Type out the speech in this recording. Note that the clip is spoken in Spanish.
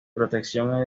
protección